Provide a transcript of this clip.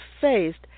faced